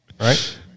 right